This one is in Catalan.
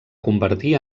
convertir